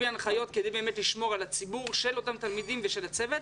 הנחיות כדי לשמור על התלמידים ועל הצוות.